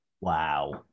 Wow